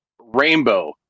rainbow